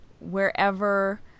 Wherever